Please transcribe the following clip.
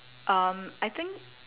um I think